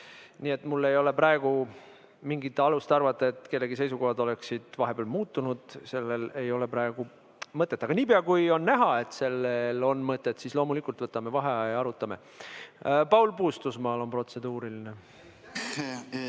Nii et mul ei ole praegu mingit alust arvata, et kellegi seisukohad oleksid vahepeal muutunud. Sellel ei ole praegu mõtet, aga niipea, kui on näha, et sellel on mõtet, siis loomulikult võtame vaheaja ja arutame. Paul Puustusmaal on protseduuriline.